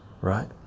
right